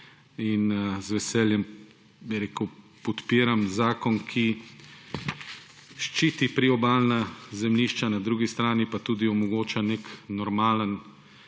in z veseljem podpiram zakon, ki ščiti priobalna zemljišča, na drugi strani pa tudi omogoča nek normalen